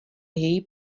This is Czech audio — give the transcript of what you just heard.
její